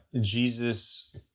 Jesus